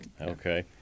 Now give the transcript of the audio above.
Okay